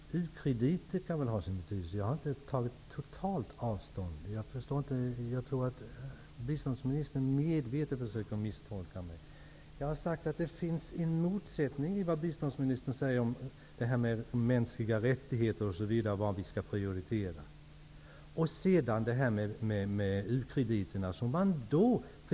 Herr talman! U-krediter kan väl ha sin betydelse. Jag har inte tagit totalt avstånd från dem. Jag tror att biståndsministern medvetet försöker misstolka mig. Jag har sagt att det finns en motsättning i det biståndsministern säger om mänskliga rättigheter och vad som i övrigt skall prioriteras.